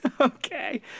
Okay